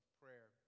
prayer